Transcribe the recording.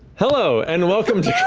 hello, and welcome to